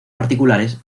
particulares